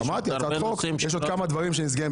יש עוד הרבה נושאים --- יש עוד כמה דברים שנסגרים.